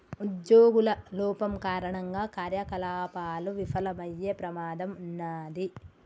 ఉజ్జోగుల లోపం కారణంగా కార్యకలాపాలు విఫలమయ్యే ప్రమాదం ఉన్నాది